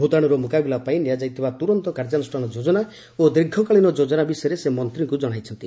ଭୂତାଣୁର ମୁକାବିଲାପାଇଁ ନିଆଯାଇଥିବା ତୁରନ୍ତ କ୍ରିୟାନୁଷାନ ଯୋଜନା ଓ ଦୀର୍ଘକାଳୀନ ଯୋଜନା ବିଷୟରେ ସେ ମନ୍ତ୍ରୀଙ୍କୁ ଜଣାଇଛନ୍ତି